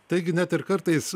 taigi net ir kartais